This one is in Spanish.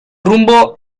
rumbo